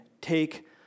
take